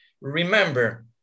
Remember